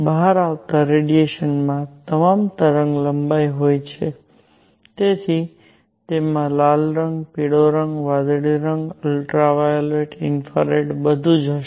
બહાર આવતા રેડિયેશનમાં તમામ તરંગલંબાઈ હોય છે તેથી તેમાં લાલ રંગ પીળો રંગ વાદળી રંગ અલ્ટ્રાવાયોલેટ ઇન્ફ્રારેડ બધું હશે